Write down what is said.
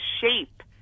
shape